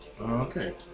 Okay